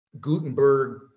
Gutenberg